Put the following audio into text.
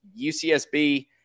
UCSB